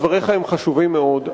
דבריך הם חשובים מאוד.